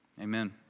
amen